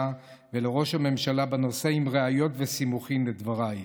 ולראש הממשלה בנושא עם ראיות וסימוכין לדבריי.